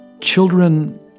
children